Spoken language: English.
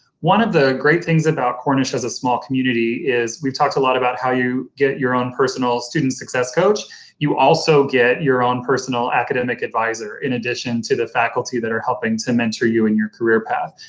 one of the great things about cornish as a small community is we've talked a lot about how you get your own personal student success coach you also get your own personal academic advisor in addition to the faculty that are helping to mentor you in your career path,